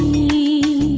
e